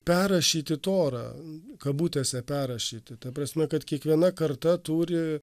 perrašyti torą kabutėse perrašyti ta prasme kad kiekviena karta turi